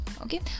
okay